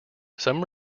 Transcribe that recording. some